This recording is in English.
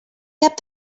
kept